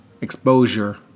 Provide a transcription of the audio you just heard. Exposure